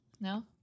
No